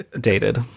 dated